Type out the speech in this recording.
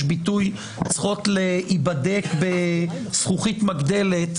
ביטוי צריכות להיבדק בזכוכית מגדלת,